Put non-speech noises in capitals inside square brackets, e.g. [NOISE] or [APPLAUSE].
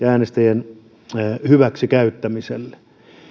[UNINTELLIGIBLE] äänestäjien hyväksikäyttämiselle